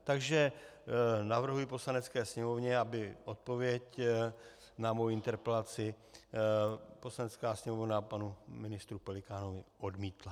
Takže navrhuji Poslanecké sněmovně, aby odpověď na moji interpelaci Poslanecká sněmovna panu ministru Pelikánovi odmítla.